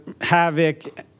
havoc